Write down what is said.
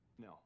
No